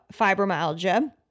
fibromyalgia